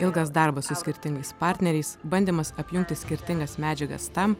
ilgas darbas su skirtingais partneriais bandymas apjungti skirtingas medžiagas tam